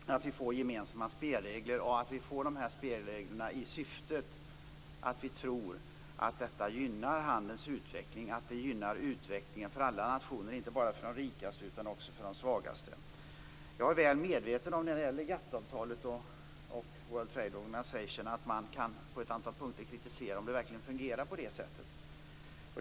Vi vill få gemensamma spelregler med det syftet att vi tror att detta gynnar handelns utveckling och att det gynnar utvecklingen för alla nationer, inte bara de rikaste utan också de svagaste. När det gäller GATT-avtalet och World Trade Organization är jag väl medveten om att man på ett antal punkter kan vara kritisk till om det verkligen fungerar på det sättet.